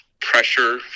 pressure